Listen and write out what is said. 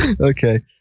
Okay